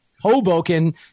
Hoboken